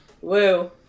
woo